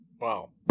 Wow